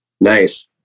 nice